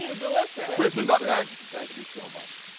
ah delicious! chris is up next. thank you so much.